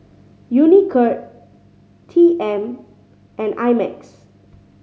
Unicurd T M and I Max